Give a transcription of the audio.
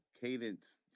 cadence